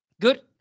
Good